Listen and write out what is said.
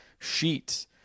sheets